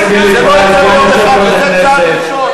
חבר הכנסת חיליק בר,